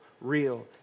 real